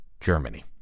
Germany